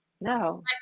No